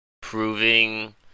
proving